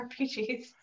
RPGs